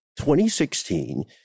2016